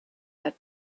had